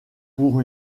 pour